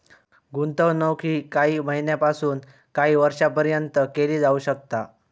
गुंतवणूक ही काही महिन्यापासून काही वर्षापर्यंत केली जाऊ शकता